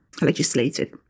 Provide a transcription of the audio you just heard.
legislated